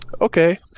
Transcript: okay